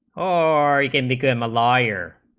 are again became a liar